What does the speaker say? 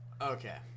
Okay